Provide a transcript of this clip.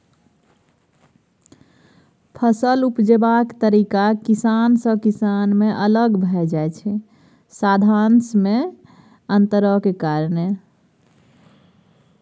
फसल उपजेबाक तरीका किसान सँ किसान मे अलग भए जाइ छै साधंश मे अंतरक कारणेँ